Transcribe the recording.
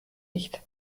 nicht